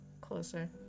closer